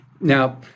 Now